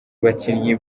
bakinnyi